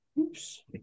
Oops